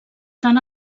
tant